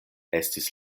estis